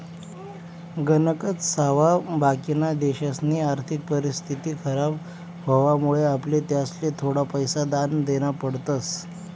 गणकच सावा बाकिना देशसनी आर्थिक परिस्थिती खराब व्हवामुळे आपले त्यासले थोडा पैसा दान देना पडतस